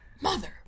Mother